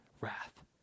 wrath